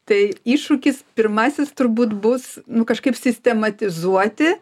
tai iššūkis pirmasis turbūt bus nu kažkaip sistematizuoti